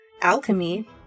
alchemy